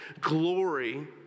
glory